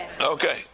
Okay